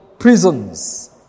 Prisons